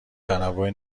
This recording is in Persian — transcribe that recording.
تنوع